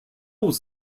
was